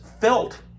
felt